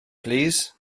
plîs